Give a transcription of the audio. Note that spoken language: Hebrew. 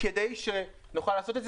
כדי שנוכל לעשות,